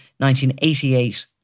1988